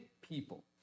people